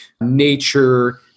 nature